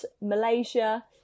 Malaysia